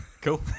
Cool